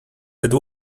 that